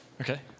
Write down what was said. Okay